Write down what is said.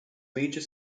major